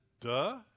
duh